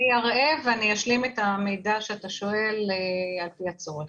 אני אראה ואשלים את המידע שאתה שואל על פי הצורך.